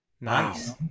Nice